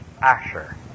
Asher